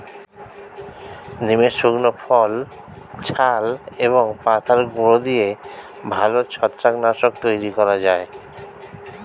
নিমের শুকনো ফল, ছাল এবং পাতার গুঁড়ো দিয়ে ভালো ছত্রাক নাশক তৈরি করা যায়